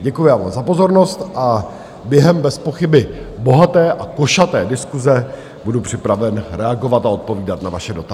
Děkuji za pozornost a během bezpochyby bohaté a košaté diskuse budu připraven reagovat a odpovídat na vaše dotazy.